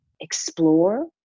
explore